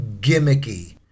gimmicky